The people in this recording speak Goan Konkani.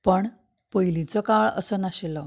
पण पयलीचो काळ असो नाशिल्लो